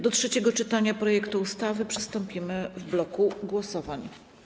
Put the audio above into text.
Do trzeciego czytania projektu ustawy przystąpimy w bloku głosowań.